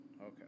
Okay